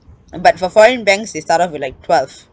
but for foreign banks they start off with like twelve